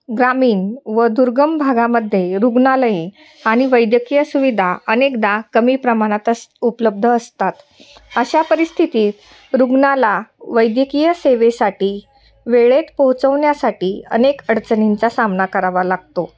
ग्रामीण व दुर्गम भागामध्ये रुग्णालये आणि वैद्यकीय सुविधा अनेकदा कमी प्रमाणात अस उपलब्ध असतात अशा परिस्थितीत रुग्णाला वैद्यकीय सेवेसाठी वेळेत पोहचवण्यासाठी अनेक अडचणींचा सामना करावा लागतो